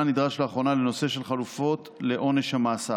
נדרש לאחרונה לנושא של חלופות לעונש המאסר.